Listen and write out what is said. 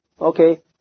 Okay